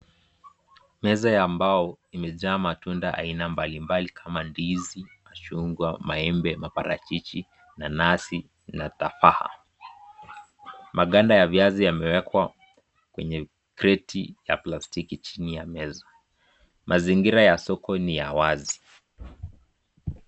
Meza ya mbao imejaa matunda aina mbali mbali kama ndizi, machungwa, maembe, maparachichi, nanasi na tufaha. Maganda ya viazi yamewekwa kwenye kreti ya plastiki chini ya meza. Mazingira ya soko ni ya wazi.